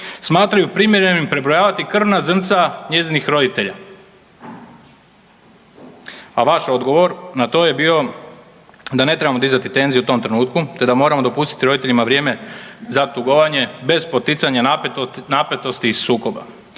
smatraju primjerenim prebrojavati krvna zrnca njezinih roditelja, a vaš odgovor na to je bio da ne trebamo dizati tenzije u tom trenutku te da moramo dopustiti roditeljima vrijeme za tugovanje bez poticanja napetosti i sukoba